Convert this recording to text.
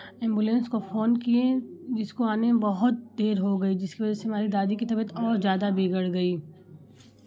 ambulance को phone किये जिसको आने में बहुत देर हो गई जिसकी वजह से हमारी दादी की तबियत और और ज़्यादा बिगड़ गई